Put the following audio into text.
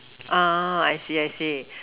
I see I see